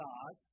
God